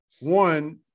one